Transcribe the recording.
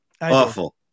Awful